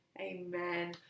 Amen